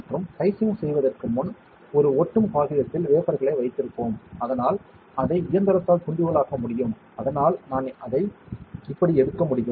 மற்றும் டைசிங் செய்வதற்கு முன் ஒரு ஒட்டும் காகிதத்தில் வேஃபர்களை வைத்திருப்போம் அதனால் அதை இயந்திரத்தால் துண்டுகளாக்க முடியும் அதனால் நான் அதை இப்படி எடுக்க முடியும்